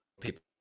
people